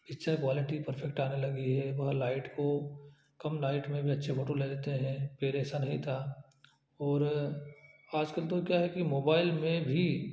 picture quality perfect आने लगी है वह लाइट को कम लाइट में भी अच्छे फोटों ले लेते हैं पहले ऐसा नहीं था और आजकल तो क्या है मोबाइल में भी